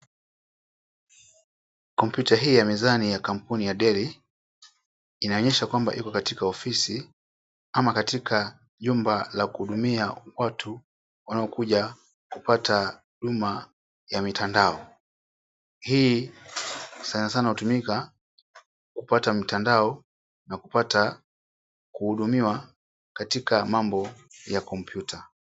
Kompyuta hii ya mezani ya kampuni ya DELL inaonyesha kwamba iko katika ofisi ama katika jumba la kuhudumia watu wanaokuja kupata huduma ya mitandao. Hii sanasana hutumika kupata mtandao na kupata kuhudumiwa katika mambo ya kompyuta.